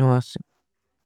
ନୁଆସ।